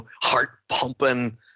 heart-pumping